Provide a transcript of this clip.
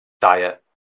diet